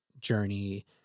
journey